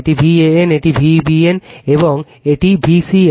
এটি VAN এটি v BN এবং এটি VCN